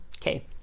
okay